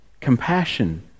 compassion